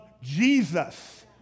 Jesus